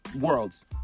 Worlds